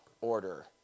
order